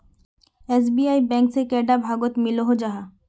SBI bank से कैडा भागोत मिलोहो जाहा?